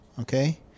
Okay